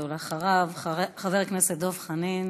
אחריו, חבר הכנסת דב חנין.